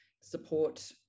support